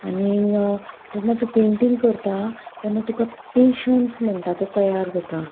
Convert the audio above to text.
आनीक जेन्ना तूं पेंटींग करता तेन्ना तुका पेशन्स म्हणटा तो तयार जाता